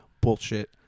bullshit